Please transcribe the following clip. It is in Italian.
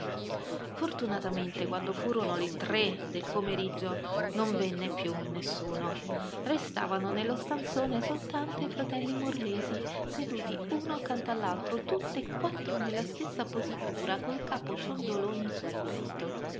fortunatamente quando furono le tre del pomeriggio non venne più nessuno restavano nello stanzone soltanto i fratelli morlesi seduti uno accanto all'altro tutt'e quattro nella stessa positura col capo ciondoloni sul petto